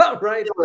Right